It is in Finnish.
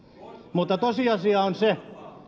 tosiasia on se